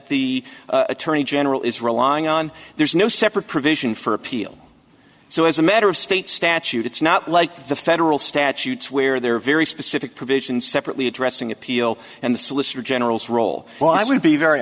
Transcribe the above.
the attorney general is relying on there's no separate provision for appeal so as a matter of state statute it's not like the federal statutes where there are very specific provisions separately addressing it and the solicitor general's role well i would be very